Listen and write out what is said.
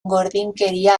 gordinkeria